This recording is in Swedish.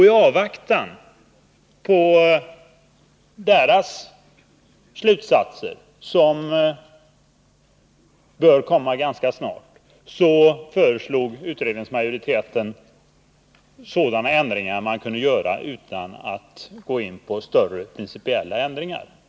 I avvaktan på brottsförebyggande rådets slutsatser, som bör vara klara ganska snart, föreslog utredningsmajoriteten sådana ändringar som kan göras utan att man vidtar större principiella ändringar.